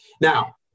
Now